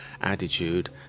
attitude